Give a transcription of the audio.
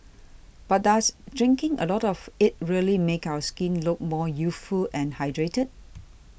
but does drinking a lot of it really make our skin look more youthful and hydrated